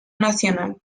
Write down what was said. nacional